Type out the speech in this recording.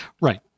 Right